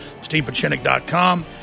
StevePachinik.com